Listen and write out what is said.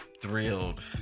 thrilled